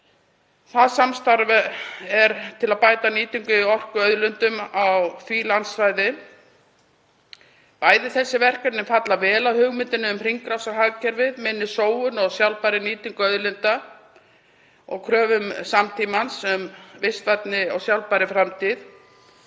Það samstarf er til að bæta nýtingu á orkuauðlindum á því landsvæði. Bæði þessi verkefni falla vel að hugmyndinni um hringrásarhagkerfið, um minni sóun og sjálfbæra nýtingu auðlinda, og kröfum samtímans um vistvænni og sjálfbærari framtíð.